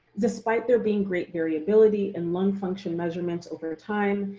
despite there being great variability in lung function measurements over time,